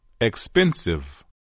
Expensive